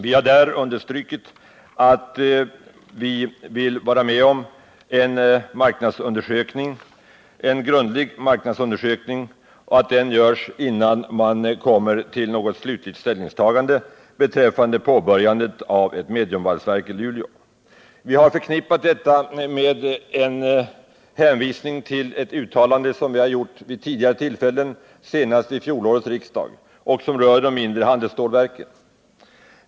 Vi har där framhållit att vi vill vara med om en grundlig marknadsundersökning och att denna bör göras innan man kommer till något slutligt ställningstagande beträffande påbörjandet av ett mediumvalsverk i Luleå. Vi har förknippat detta med en hänvisning till ett uttalande som vi har gjort vid tidigare tillfällen, senast vid fjolårets riksdag, och som rör de mindre handelsstålverken.